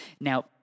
Now